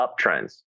uptrends